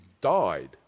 died